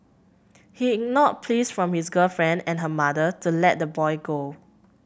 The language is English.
he ignored pleas from his girlfriend and her mother to let the boy go